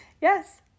Yes